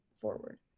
forward